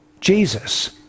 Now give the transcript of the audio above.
Jesus